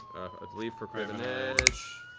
i believe for craven edge